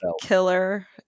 killer